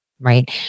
right